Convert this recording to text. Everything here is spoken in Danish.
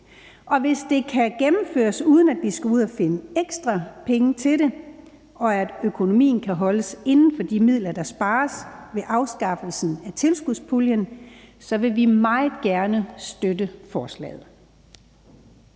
Hvis det kan gennemføres, uden at vi skal ud og finde ekstra penge til det, og økonomien kan holdes inden for de midler, der spares ved afskaffelsen af tilskudspuljen, så vil vi meget gerne støtte forslaget.